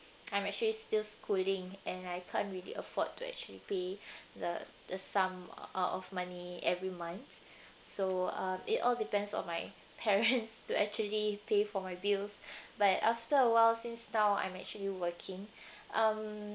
I'm actually still schooling and I can't really afford to actually pay the the sum out of money every month so um it all depends on my parents to actually pay for my bills but after awhile since now I'm actually working um